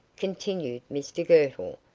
continued mr girtle,